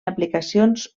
aplicacions